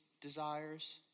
desires